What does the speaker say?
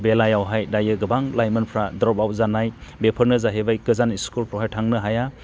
बेलायावहाय दायो गोबां लाइमोनफ्रा ड्रपआवट जानाय बेफोरनो जाहैबाय गोजान स्कुलफ्रावहाय थांनो हाया